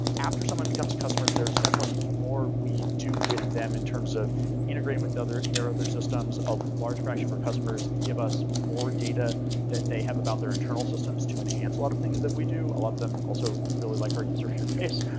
after someone becomes a customer, there is definitely more we do with them in terms of integrating with their other systems. a large fraction of our customers give us more data that they have about their internal systems to enhance a lot of things that we do. a lot of them also really like our user interface,